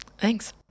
thanks